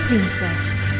Princess